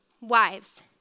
wives